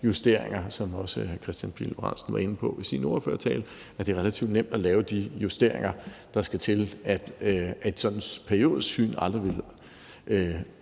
som hr. Kristian Pihl Lorentzen også var inde på i sin ordførertale, er relativt nemt at lave de tekniske justeringer, der skal til, for at sådan et periodisk syn aldrig vil